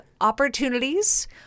opportunities